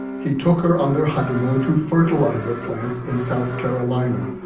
he took her on their honeymoon to fertilizer plants in south carolina,